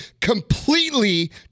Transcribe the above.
completely